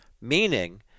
Meaning